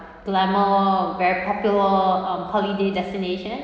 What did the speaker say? glamour very popular um holiday destination